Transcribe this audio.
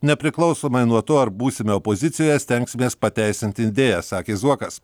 nepriklausomai nuo to ar būsime opozicijoje stengsimės pateisinti idėją sakė zuokas